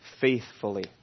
faithfully